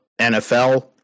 NFL